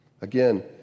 Again